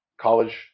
college